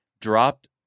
dropped